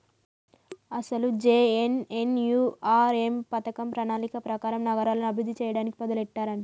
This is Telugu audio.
అసలు జె.ఎన్.ఎన్.యు.ఆర్.ఎం పథకం ప్రణాళిక ప్రకారం నగరాలను అభివృద్ధి చేయడానికి మొదలెట్టారంట